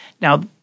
Now